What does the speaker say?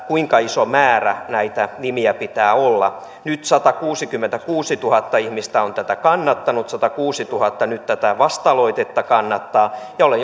kuinka iso määrä näitä nimiä pitää olla nyt satakuusikymmentäkuusituhatta ihmistä on tätä kannattanut satakuusituhatta nyt tätä vasta aloitetta kannattaa olen